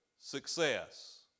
success